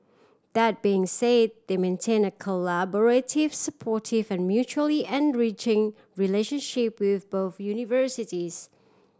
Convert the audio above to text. that being say they maintain a collaborative supportive and mutually enriching relationship with both universities